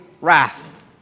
wrath